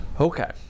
Okay